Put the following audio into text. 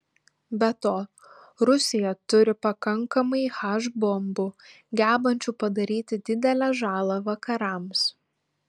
be to rusija turi pakankamai h bombų gebančių padaryti didelę žalą vakarams